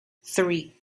three